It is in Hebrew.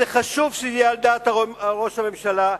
וחשוב שזה יהיה על דעת ראש הממשלה.